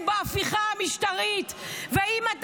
אתה לא.